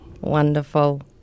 Wonderful